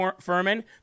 Furman